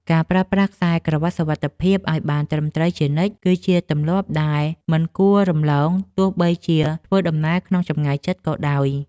ការប្រើប្រាស់ខ្សែក្រវាត់សុវត្ថិភាពឱ្យបានត្រឹមត្រូវជានិច្ច គឺជាទម្លាប់ដែលមិនគួររំលងទោះបីជាធ្វើដំណើរក្នុងចម្ងាយជិតក៏ដោយ។